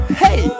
hey